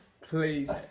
Please